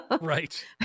right